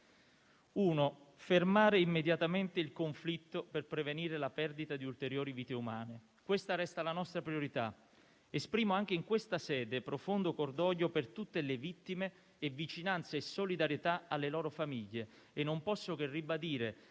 fermare immediatamente il conflitto per prevenire la perdita di ulteriori vite umane. Questa resta la nostra priorità. Esprimo anche in questa sede profondo cordoglio per tutte le vittime e vicinanza e solidarietà alle loro famiglie. E non posso che ribadire